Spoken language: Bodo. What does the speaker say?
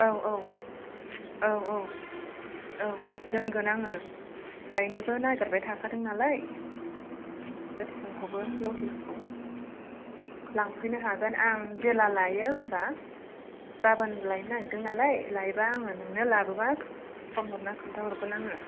औ औ औ औ औ दोनगोन आङो लायनोबो नागेरबाय थाखादों नालाय गोथांखौबो लकेलखौ लांफैनो हागोन आं जेला लाइयो होमबा गाबोन लायनो नागेरदों नालाय लायबा आङो नोंनो लाबोबा फन हरना खोन्थाहरगोन आङो